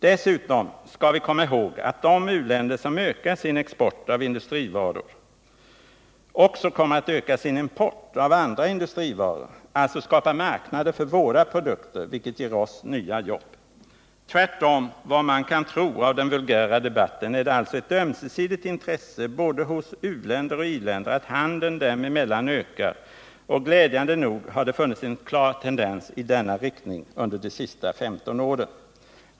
Dessutom skall vi komma ihåg att de u-länder som ökar sin export av industrivaror också kommer att öka sin import av andra industrivaror — alltså skapa marknader för våra produkter, vilket ger oss nya jobb. Tvärtom vad man kan tro av den vulgära debatten är det alltså ett ömsesidigt intresse hos både ioch u-länder att handeln dem emellan ökar, och glädjande nog har det funnits en klar tendens i denna riktning under de senaste 15 åren.